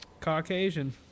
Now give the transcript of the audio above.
Caucasian